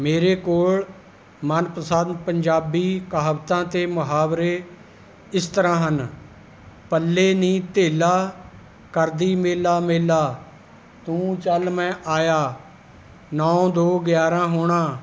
ਮੇਰੇ ਕੋਲ ਮਨਪਸੰਦ ਪੰਜਾਬੀ ਕਹਾਵਤਾਂ ਅਤੇ ਮੁਹਾਵਰੇ ਇਸ ਤਰ੍ਹਾਂ ਹਨ ਪੱਲੇ ਨਹੀਂ ਧੇਲਾ ਕਰਦੀ ਮੇਲਾ ਮੇਲਾ ਤੂੰ ਚੱਲ ਮੈਂ ਆਇਆ ਨੌ ਦੋ ਗਿਆਰਾਂ ਹੋਣਾ